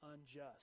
unjust